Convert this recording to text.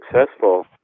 successful